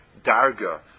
darga